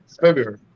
February